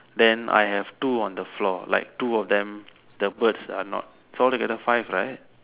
then I have two on the floor like two of them the birds are not so altogether five right